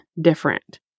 different